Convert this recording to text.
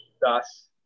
Thus